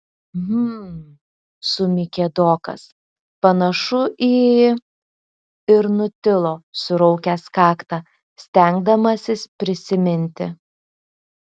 hm sumykė dokas panašu į ir nutilo suraukęs kaktą stengdamasis prisiminti